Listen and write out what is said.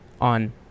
on